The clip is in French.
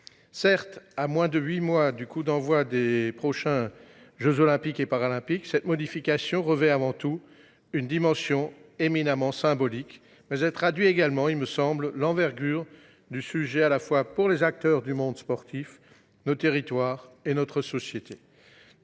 Certes, à moins de huit mois du coup d’envoi des prochains jeux Olympiques et Paralympiques, cette modification revêt avant tout une dimension éminemment symbolique. Mais elle traduit également, me semble t il, l’envergure du sujet, à la fois, pour les acteurs du monde sportifs, pour nos territoires et pour notre société.